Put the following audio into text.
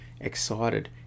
Excited